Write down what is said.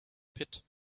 pit